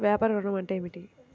వ్యాపార ఋణం అంటే ఏమిటి?